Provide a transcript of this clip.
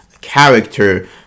character